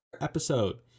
episode